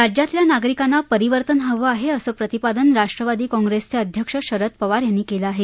राज्यातल्या नागरिकांना परिवर्तन हवं आहे असं प्रतिपादन राष्ट्रवादी काँप्रेसचे अध्यक्ष शरद पवार यांनी केलं आहे